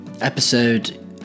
episode